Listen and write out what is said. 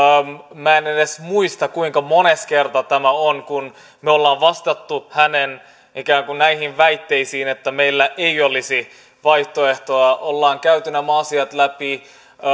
minä en edes muista kuinka mones kerta tämä on kun me olemme vastanneet näihin hänen väitteisiinsä että meillä ei olisi vaihtoehtoa olemme käyneet nämä asiat läpi